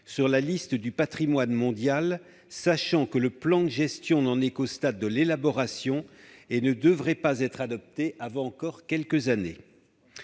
sur la liste du patrimoine mondial, sachant que le plan de gestion n'en est qu'au stade de l'élaboration et qu'il ne devrait pas être adopté avant encore quelques années.